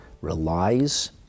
relies